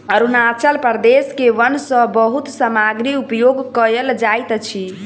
अरुणाचल प्रदेश के वन सॅ बहुत सामग्री उपयोग कयल जाइत अछि